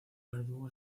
verdugo